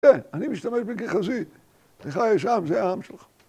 ‫כן, אני משתמש בגחזי. ‫לך יש עם, זה העם שלך.